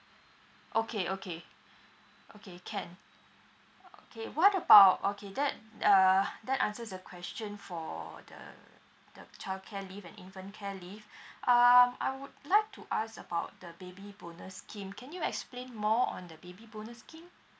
okay okay okay can okay what about okay that uh that answers the question for the the childcare leave and infant care leave um I would like to ask about the baby bonus scheme can you explain more on the baby bonus scheme